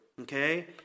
okay